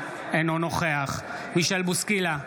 אינו נוכח מישל בוסקילה,